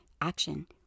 action